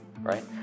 Right